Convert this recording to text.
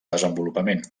desenvolupament